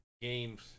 games